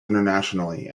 internationally